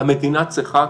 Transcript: המדינה צריכה,